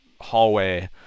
hallway